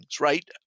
right